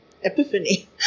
epiphany